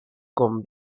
con